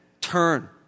turn